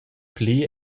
pli